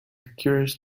curious